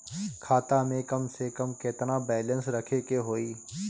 खाता में कम से कम केतना बैलेंस रखे के होईं?